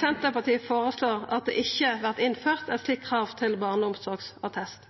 Senterpartiet føreslår at det ikkje vert innført eit slikt krav til barneomsorgsattest.